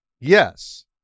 yes